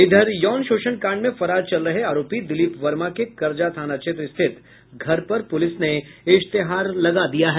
इधर यौन शोषण कांड में फरार चल रहे आरोपी दिलीप वर्मा के करजा थाना क्षेत्र स्थित घर पर पुलिस ने इश्तेहार लगा दिया है